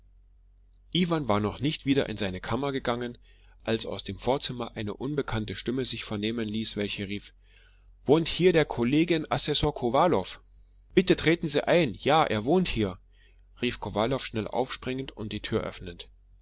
iwan war noch nicht wieder in seine kammer gegangen als aus dem vorzimmer eine unbekannte stimme sich vernehmen ließ welche rief wohnt hier der kollegien assessor kowalow bitte treten sie ein ja hier wohnt er rief kowalow schnell aufspringend und die tür öffnend